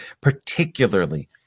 particularly